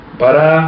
para